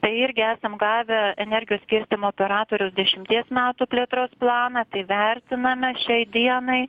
tai irgi esam gavę energijos skirstymo operatorių dešimties metų plėtros planą tai vertiname šiai dienai